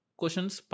questions